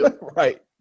right